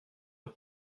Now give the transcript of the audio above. eux